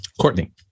Courtney